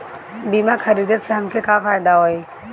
बीमा खरीदे से हमके का फायदा होई?